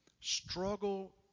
struggle